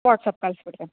WhatsApp ಕಳಿಸ್ಬಿಡ್ತೀನಿ